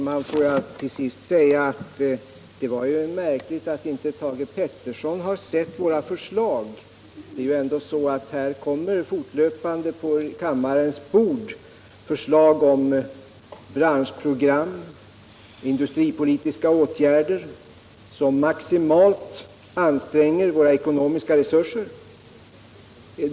Herr talman! Det var märkligt att inte Thage Peterson sett våra förslag. Det kommer fortlöpande på kammarens bord förslag om branschprogram, industripolitiska åtgärder som maximalt anstränger våra ekonomiska resurser.